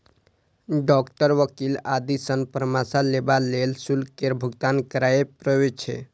doctor, वकील आदि सं परामर्श लेबा लेल शुल्क केर भुगतान करय पड़ै छै